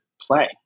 play